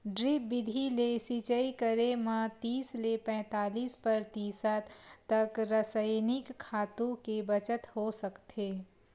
drip बिधि ले सिचई करे म तीस ले पैतालीस परतिसत तक रसइनिक खातू के बचत हो सकथे